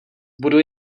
budu